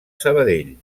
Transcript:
sabadell